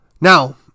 now